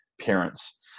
parents